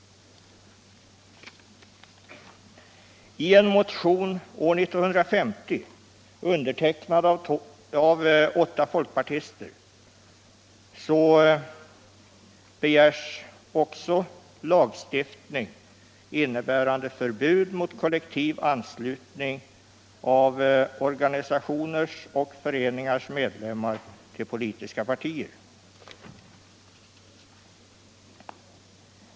I en motion år 1950, undertecknad av åtta folkpartister, begärs också lagstiftning innebärande förbud mot kollektiv anslutning av organisationers och föreningars medlemmar till politiska partier.